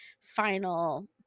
final